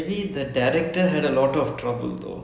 ya so since it's like a biography movie